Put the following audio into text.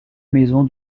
maison